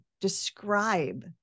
describe